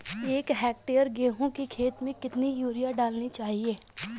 एक हेक्टेयर गेहूँ की खेत में कितनी यूरिया डालनी चाहिए?